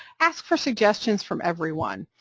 ask for suggestions from everyone,